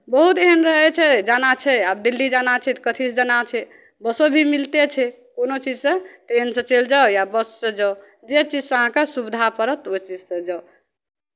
बहुत एहन रहै छै जाना छै आब दिल्ली जाना छै तऽ कथीसँ जाना छै बसो भी मिलते छै कोनो चीजसँ ट्रेनसँ चलि जाउ या बससँ चलि जाउ जे चीजसँ अहाँकेँ सुविधा पड़त ओहि चीजसँ जाउ